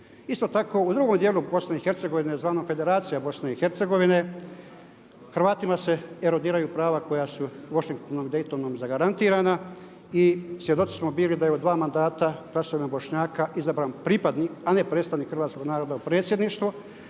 Isto tako u drugom djelu Bosne i Hercegovine zvanom Federacija Bosne i Hercegovine Hrvatima se erodiraju prava koja su Washingtonom, Daytonom zagarantirana i svjedoci smo bili da je u dva mandata glasovima Bošnjaka izabran pripadnik, a ne predstavnik hrvatskog naroda u predsjedništvo.